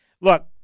Look